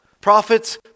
Prophets